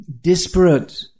disparate